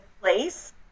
place